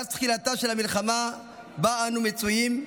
מאז תחילתה של המלחמה שבה אנו מצויים,